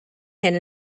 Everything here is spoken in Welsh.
hyn